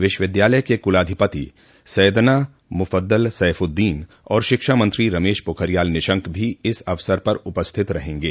विश्वविद्यालय के कुलाधिपति सैयदना मुफद्दल सैफुद्दीन और शिक्षा मंत्री रमेश पोखरियाल निशंक भी इस अवसर पर उपस्थित रहेंगे